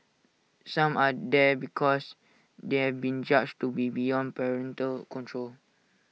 some are there because they have been judged to be beyond parental control